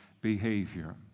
behavior